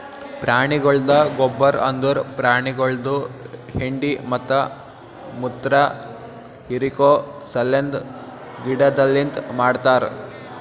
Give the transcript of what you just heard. ಪ್ರಾಣಿಗೊಳ್ದ ಗೊಬ್ಬರ್ ಅಂದುರ್ ಪ್ರಾಣಿಗೊಳ್ದು ಹೆಂಡಿ ಮತ್ತ ಮುತ್ರ ಹಿರಿಕೋ ಸಲೆಂದ್ ಗಿಡದಲಿಂತ್ ಮಾಡ್ತಾರ್